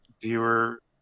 viewer